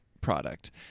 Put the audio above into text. product